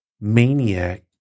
maniac